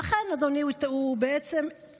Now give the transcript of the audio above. ואכן, אדוני, הוא כיוון